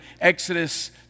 Exodus